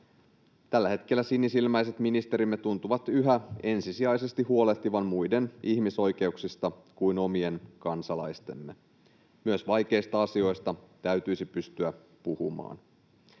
Tällä hetkellä sinisilmäiset ministerimme tuntuvat yhä huolehtivan ensisijaisesti muiden kuin omien kansalaistemme ihmisoikeuksista. Myös vaikeista asioista täytyisi pystyä puhumaan.